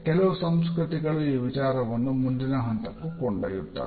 ಕೆಲವು ಸಂಸ್ಕೃತಿಗಳು ಈ ವಿಚಾರವನ್ನು ಮುಂದಿನ ಹಂತಕ್ಕೂ ಕೊಂಡೊಯ್ಯುತ್ತವೆ